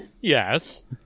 yes